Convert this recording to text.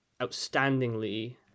outstandingly